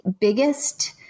biggest